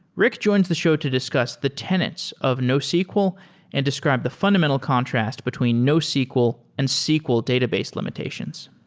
rick joins the show to discuss the tenants of nosql and describe the fundamental contrast between nosql and sql database limitations.